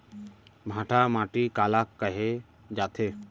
भांटा माटी काला कहे जाथे?